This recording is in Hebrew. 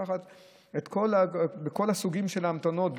צריך לקחת את כל הסוגים של ההמתנות,